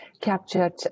captured